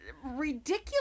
ridiculous